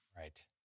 Right